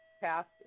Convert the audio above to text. passed